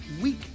week